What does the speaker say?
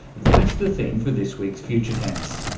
that's the theme for this week's future tense.